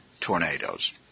tornadoes